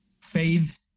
faith